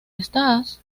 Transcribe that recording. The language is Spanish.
estás